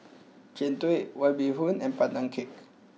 Jian Dui White Bee Hoon and Pandan Cake